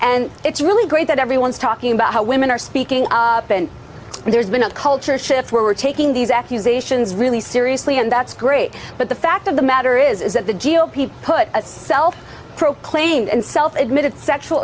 and it's really great that everyone's talking about how women are speaking but there's been a culture shift where we're taking these accusations really seriously and that's great but the fact of the matter is is that the g o p put a self proclaimed and self admitted sexual